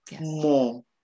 more